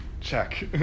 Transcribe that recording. Check